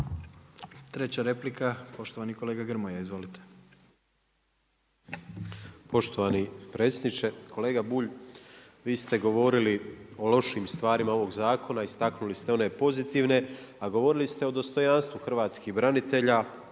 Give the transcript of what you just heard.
Treća replika, poštovani kolega Grmoja. Izvolite.